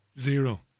Zero